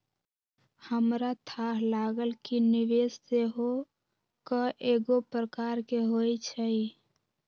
हमरा थाह लागल कि निवेश सेहो कएगो प्रकार के होइ छइ